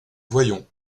voyons